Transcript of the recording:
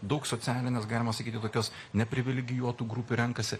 daug socialinės galima sakyti tokios neprivilegijuotų grupių renkasi